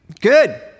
Good